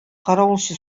каравылчы